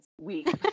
Week